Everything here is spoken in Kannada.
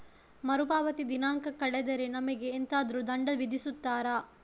ಮರುಪಾವತಿ ದಿನಾಂಕ ಕಳೆದರೆ ನಮಗೆ ಎಂತಾದರು ದಂಡ ವಿಧಿಸುತ್ತಾರ?